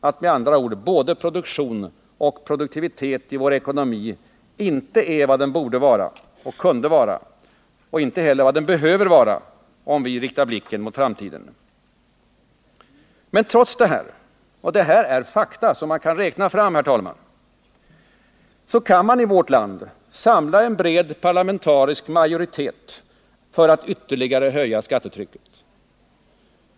Att med andra ord både produktion och produktivitet i vår ekonomi inte är var den borde och kunde vara. Och inte heller vad den behöver vara, om vi riktar blicken mot framtiden. Men trots detta — och detta är fakta som man kan räkna fram, herr talman — kan man i vårt land samla en bred parlamentarisk majoritet för att ytterligare höja skattetrycket.